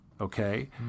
okay